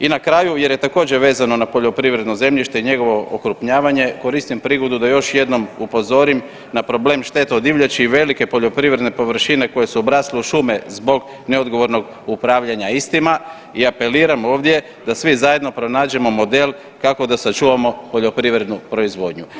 I na kraju jer je također vezano na poljoprivredno zemljište i njegovo okrupnjavanje koristim prigodu da još jednom upozorim na problem štete od divljači i velike poljoprivredne površine koje su obrasle u šume zbog neodgovornog upravljanja istima i apeliram ovdje da svi zajedno pronađemo model kako da sačuvamo poljoprivrednu proizvodnju.